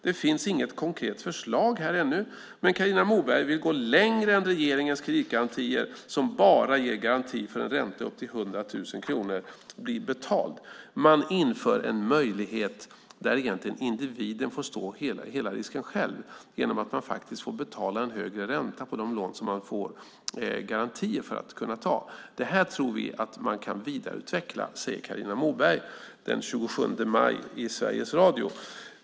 Det finns inget konkret förslag här ännu, men Carina Moberg vill gå längre än regeringens kreditgarantier som bara ger garanti för att en ränta upp till 100 000 kronor blir betald. Man inför en möjlighet där egentligen individen får stå för hela risken själv genom att faktiskt betala en högre ränta på de lån han eller hon får garantier för att kunna ta. Det här tror vi att man kan vidareutveckla, säger Carina Moberg den 27 maj i Sveriges Radio.